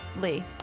Lee